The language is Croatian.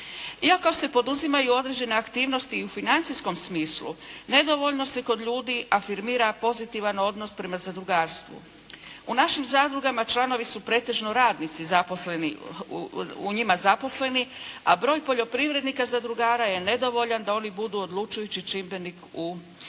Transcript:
Iako se poduzimaju određene aktivnosti i u financijskom smislu nedovoljno se kod ljudi afirmira pozitivan odnos prema zadrugarstvu. U našim zadrugama članovi su pretežno radnici zaposleni, u njima zaposleni, a broj poljoprivrednika zadrugara je nedovoljan da oni budu odlučujući čimbenik u vlasničkoj